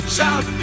Shout